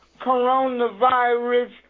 coronavirus